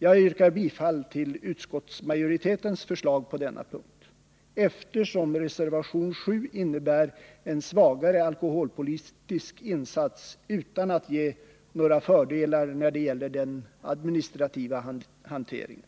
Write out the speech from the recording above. Jag yrkar bifall till utskottsmajoritetens förslag på denna punkt, eftersom reservation 7 innebär en svagare alkoholpolitisk insats utan att ge några fördelar när det gäller den administrativa hanteringen.